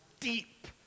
deep